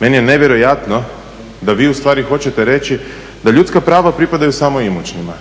Meni je nevjerojatno da vi ustvari hoćete reći da ljudska prava pripadaju samo imućnima.